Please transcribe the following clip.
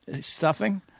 stuffing